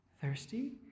thirsty